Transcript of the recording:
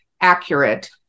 accurate